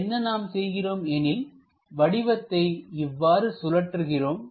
என்ன நாம் செய்கிறோம் எனில்வடிவத்தை இவ்வாறு சுழற்றுகிறோம்